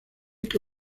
que